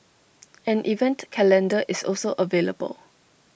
an event calendar is also available